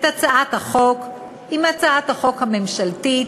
את הצעת החוק להצעת החוק הממשלתית